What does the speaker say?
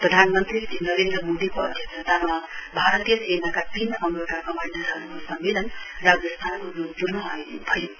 प्रधानमन्त्री श्री नरेन्द्र मोदीको अध्यक्षमा भारतीय सेनाका तीन अंगका कमाण्डरहरुको सम्मेलन राजस्थानको जोधपुरमा आयोजित भइरहेछ